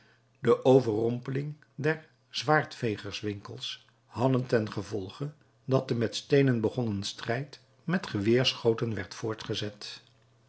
de overrompeling der zwaardvegerswinkels hadden tengevolge dat de met steenen begonnen strijd met geweerschoten werd voortgezet